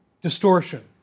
Distortion